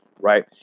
right